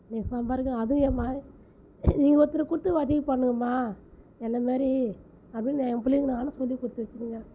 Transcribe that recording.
இன்றைக்கு சம்பாரிக்க அதுவும் என் மா நீ ஒருத்தருக்கு கொடுத்து உதவி பண்ணுங்கம்மா என்னை மாரி அப்படினு என் பிள்ளைங்களுக்கு நானும் சொல்லி கொடுத்து வச்சுருக்கேன்